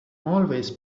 always